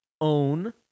own